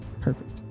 Perfect